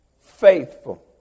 Faithful